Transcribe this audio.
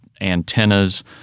antennas